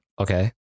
Okay